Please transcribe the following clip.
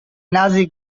nazi